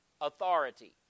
authority